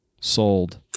sold